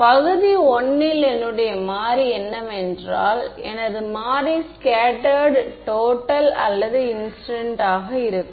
பகுதி I ல் என்னுடைய மாறி என்னவென்றால் எனது மாறி ஸ்கேட்டெர்டு டோட்டல் அல்லது இன்சிடென்ட் ஆக இருக்கும்